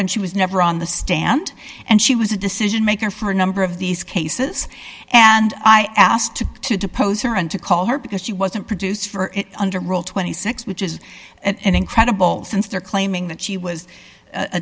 and she was never on the stand and she was a decision maker for a number of these cases and i asked to to depose her and to call her because she wasn't produced for it under rule twenty six dollars which is incredible since they're claiming that she was a